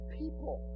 people